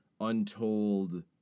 untold